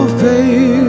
face